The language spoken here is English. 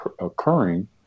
occurring